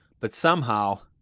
but somehow